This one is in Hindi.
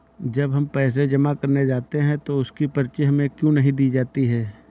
जब हम पैसे जमा करने जाते हैं तो उसकी पर्ची हमें क्यो नहीं दी जाती है?